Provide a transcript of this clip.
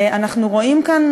ואנחנו רואים כאן,